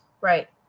Right